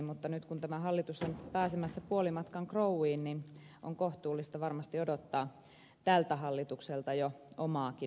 mutta nyt kun tämä hallitus on pääsemässä puolimatkan krouviin niin on kohtuullista varmasti odottaa tältä hallitukselta jo omaakin vastuunkantoa